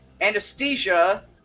Anesthesia